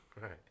Right